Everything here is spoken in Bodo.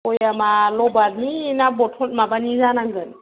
भयामा र'बारनि ना बथलनि माबानि जानांगोन